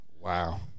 Wow